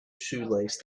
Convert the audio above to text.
shoelace